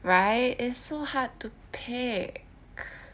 right is so hard to pick